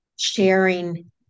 sharing